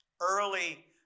Early